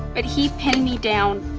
but he patted me down.